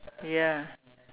ya